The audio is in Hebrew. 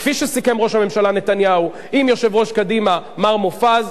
כפי שסיכם ראש הממשלה נתניהו עם יושב-ראש קדימה מר מופז,